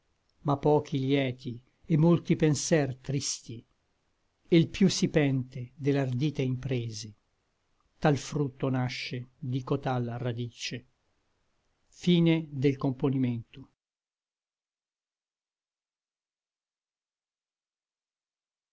ma pochi lieti et molti penser tristi e l piú si pente de l'ardite imprese tal frutto nasce di cotal radice fera